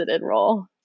role